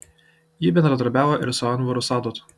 ji bendradarbiavo ir su anvaru sadatu